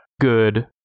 good